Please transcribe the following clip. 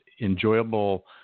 enjoyable